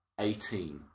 Eighteen